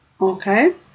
okay